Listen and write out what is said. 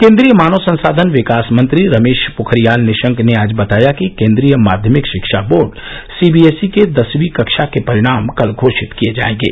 केंद्रीय मानव संसाधन विकास मंत्री रमेश पोखरियाल निशंक ने आज बताया कि केंद्रीय माध्यमिक शिक्षा वोर्ड सीबीएसई के दसवीं कक्षा के परिणाम कल घोषित किए जाएंगे